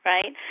Right